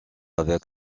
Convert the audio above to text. avec